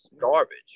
garbage